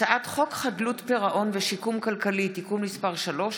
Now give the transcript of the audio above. הצעת חוק חדלות פירעון ושיקום כלכלי (תיקון מס' 3),